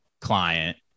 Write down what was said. client